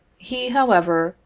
he, however,